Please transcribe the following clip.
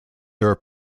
their